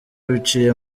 biciye